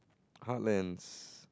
heartlands